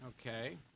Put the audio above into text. okay